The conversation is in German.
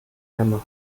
nehmen